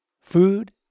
food